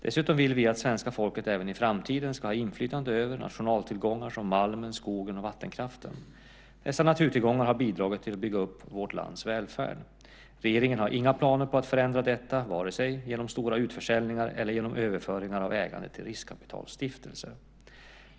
Dessutom vill vi att svenska folket även i framtiden ska ha inflytande över nationaltillgångar som malmen, skogen och vattenkraften. Dessa naturtillgångar har bidragit till att bygga upp vårt lands välfärd. Regeringen har inga planer på att förändra detta, vare sig genom stora utförsäljningar eller genom överföring av ägandet till riskkapitalstiftelser.